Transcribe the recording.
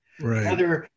right